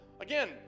again